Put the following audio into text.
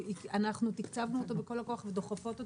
אנחנו תקצבנו אותו בכל הכוח ודוחפות אותו,